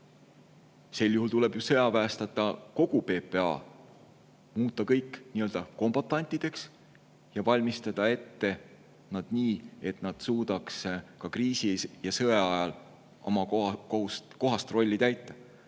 sel juhul tuleb sõjaväestada kogu PPA, muuta kõik nii-öelda kombatantideks ja valmistada nad ette nii, et nad suudaks ka kriisis ja sõjaajal oma kohast rolli täita.